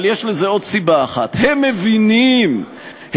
אבל יש לזה עוד סיבה אחת: הם מבינים שכאשר